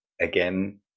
again